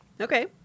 Okay